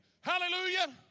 Hallelujah